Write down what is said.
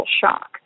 shock